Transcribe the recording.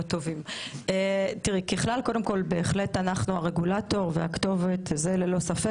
ככלל, אנחנו הרגולטור והכתובת, זה ללא ספק.